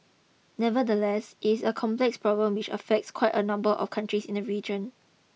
nevertheless it is a complex problem which affects quite a number of countries in the region